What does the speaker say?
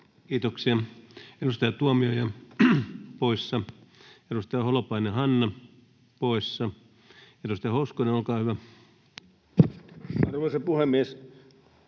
Kiitoksia. — Edustaja Tuomioja poissa, edustaja Holopainen, Hanna poissa. — Edustaja Hoskonen, olkaa hyvä. Arvoisa puhemies!